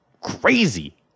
crazy